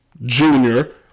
junior